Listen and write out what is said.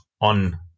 on